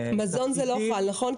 על מזון זה לא חל, נכון?